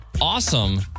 Awesome